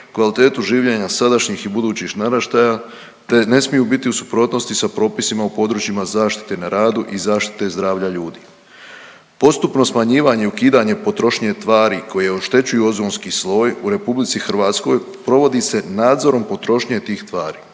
kvalitetu življenja sadašnjih i budućih naraštaja, te ne smiju biti u suprotnosti sa propisima u područjima zaštite na radu i zaštite zdravlja ljudi. Postupno smanjivanje i ukidanje potrošnje tvari koje oštećuju ozonski sloj u RH provodi se nadzorom potrošnje tih tvari,